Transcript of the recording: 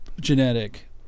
genetic